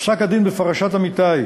פסק-הדין בפרשת אמיתי,